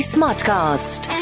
Smartcast